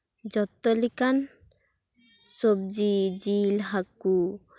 ᱡᱚᱛᱚ ᱞᱮᱠᱟᱱ ᱥᱚᱵᱽᱡᱤ ᱡᱤᱞ ᱦᱟᱹᱠᱩ